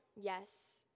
yes